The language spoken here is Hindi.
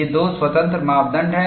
ये दो स्वतंत्र मापदंड हैं